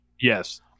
Yes